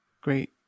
great